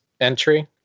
entry